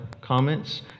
comments